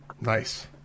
Nice